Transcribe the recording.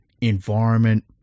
environment